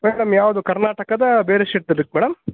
madam ಯಾವುದು ಕರ್ನಾಟಕದ್ದಾ ಬೇರೆ ಮೇಡಮ್